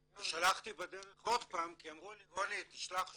שלחתי בדרך עוד פעם כי אמרו לי רוני, תשלח שוב.